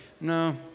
No